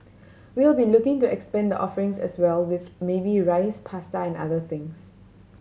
we'll be looking to expand the offerings as well with maybe rice pasta and other things